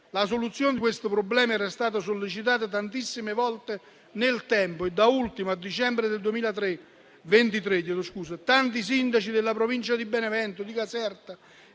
La soluzione di questo problema era stata sollecitata tantissime volte nel tempo. Da ultimo, a dicembre del 2023 tanti sindaci, della provincia di Benevento e Caserta,